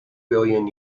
billion